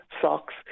socks